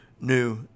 new